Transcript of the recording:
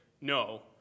no